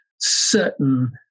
certain